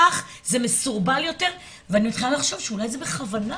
כך זה מסורבל יותר ואני מתחילה לחשוב שאולי זה בכוונה,